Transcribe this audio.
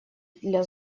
для